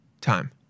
time